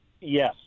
Yes